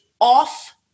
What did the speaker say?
off